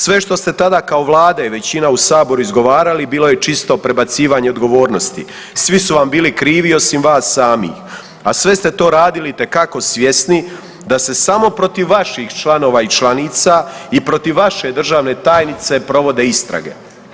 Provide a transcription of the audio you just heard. Sve što ste tada kao vlade i većina u saboru izgovarali bilo je čisto prebacivanje odgovornosti, svi su vam bili krivi osim vas samih, a sve ste to radili itekako svjesni da se samo protiv vaših članova i članica i protiv vaše državne tajnice provode istrage.